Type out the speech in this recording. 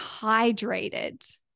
hydrated